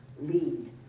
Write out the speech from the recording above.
lead